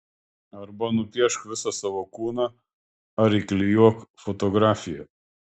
arba nupiešk visą savo kūną ar įklijuok fotografiją